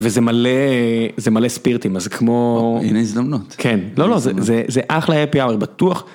וזה מלא, זה מלא ספירטים, אז כמו... הנה הזדמנות. כן. לא, לא, זה אחלה, happy hour, בטוח.